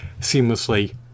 seamlessly